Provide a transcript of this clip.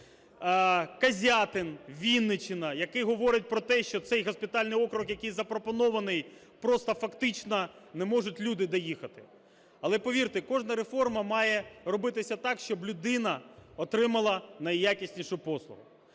(Козятин, Вінниччина), який говорить про те, що цей госпітальний орган, який запропонований, просто фактично не можуть люди доїхати. Але, повірте, кожна реформа має робитися так, щоб людина отримала найякіснішу послугу.